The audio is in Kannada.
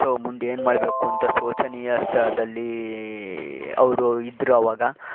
ಸೊ ಮುಂದೇನು ಮಾಡಬೇಕು ಅಂಥ ಶೋಚನೀಯ ಸ್ಥಳದಲ್ಲಿ ಅವರು ಇದ್ದರು ಆವಾಗ